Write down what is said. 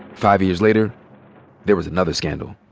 five years later there was another scandal.